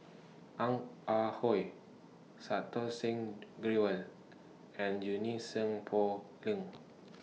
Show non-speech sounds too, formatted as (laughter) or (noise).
Ong Ah Hoi Santokh Singh (noise) Grewal and Junie Sng Poh Leng